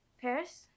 Paris